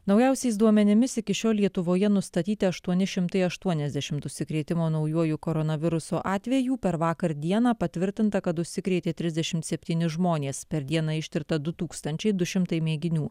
naujausiais duomenimis iki šiol lietuvoje nustatyti aštuoni šimtai aštuoniasdešimt užsikrėtimo naujuoju koronaviruso atvejų per vakar dieną patvirtinta kad užsikrėtė trisdešimt septyni žmonės per dieną ištirta du tūkstančiai du šimtai mėginių